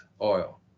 oil